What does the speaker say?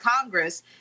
Congress